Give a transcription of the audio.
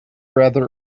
rather